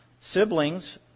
siblings